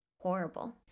horrible